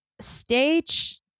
stage